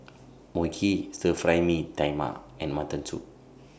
Mui Kee Stir Fry Mee Tai Mak and Mutton Soup